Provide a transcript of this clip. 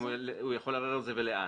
-- אם הוא יכול לערער על זה, ולאן?